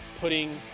putting